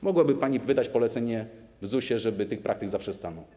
Mogłaby pani wydać polecenie w ZUS-ie, żeby tych praktyk zaprzestano.